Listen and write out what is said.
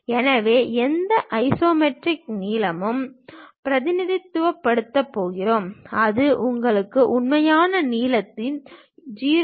எனவே எந்த ஐசோமெட்ரிக் நீளமும் நாங்கள் பிரதிநிதித்துவப்படுத்தப் போகிறோம் அது உங்கள் உண்மையான நீளத்தின் 0